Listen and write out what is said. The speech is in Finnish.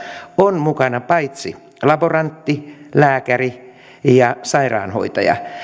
on mukana laborantti lääkäri ja sairaanhoitaja